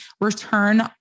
return